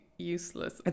Useless